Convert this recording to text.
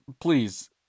please